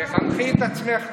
תחנכי את עצמך קודם.